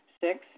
Six